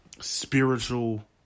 spiritual